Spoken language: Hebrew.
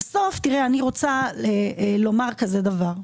בסוף תראה, אני רוצה לומר כזה דבר: